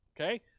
Okay